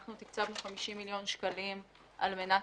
אנחנו תקצבנו 50 מיליון שקלים על מנת